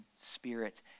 spirit